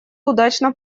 удачно